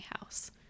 house